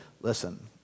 listen